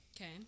Okay